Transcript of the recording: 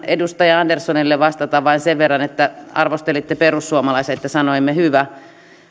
edustaja anderssonille vastata ihan vain sen verran kun arvostelitte perussuomalaisia siitä että sanoimme hyvä